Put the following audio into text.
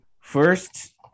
First